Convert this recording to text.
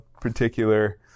particular